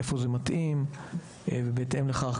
ואני יודעת שזה עלול להיות מסוכן,